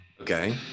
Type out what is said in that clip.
okay